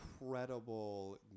incredible